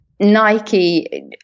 Nike